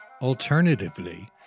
Alternatively